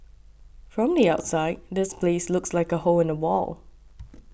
from the outside this place looks like a hole in the wall